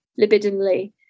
libidinally